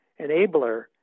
enabler